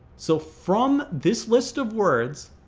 so from this list of words,